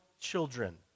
children